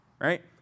right